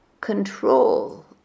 control